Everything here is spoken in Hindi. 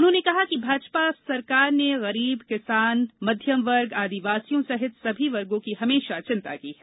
उन्होंने कहा कि भाजपा सरकारों ने गरीब किसान मध्यम वर्ग आदिवासियों सहित सभी वर्गो की हमेशा चिंता की है